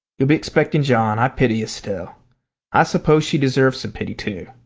you'll be expecting john. i pity estelle i suppose she deserves some pity, too.